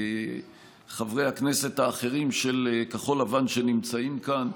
ולחברי הכנסת האחרים של כחול לבן שנמצאים כאן,